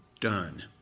done